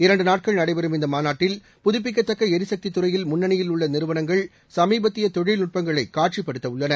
இரண்டு நாட்கள் நடைபெறம் இந்த மாநாட்டில் புதப்பிக்கத்தக்க ளிசக்தி துறையில் முன்னணியில் உள்ள நிறுவனங்கள் சமீபத்திய தொழில்நுட்பங்களை காட்சி படுத்தவுள்ளன